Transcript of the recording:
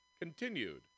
Continued